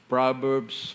Proverbs